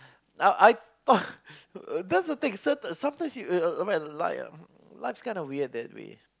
I I you know that's the thing sometimes you you uh I mean life ah life's kind of weird that way